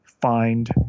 find